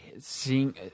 seeing